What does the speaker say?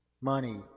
money